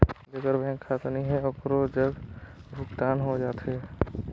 जेकर बैंक खाता नहीं है ओकरो जग भुगतान हो जाथे?